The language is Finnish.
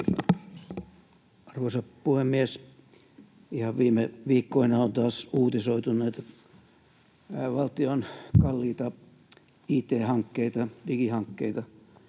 Arvoisa puhemies! Ihan viime viikkoina on taas uutisoitu näitä valtion kalliita it-hankkeita, digihankkeita,